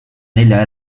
nelja